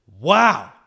wow